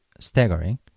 staggering